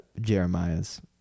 Jeremiah's